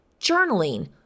journaling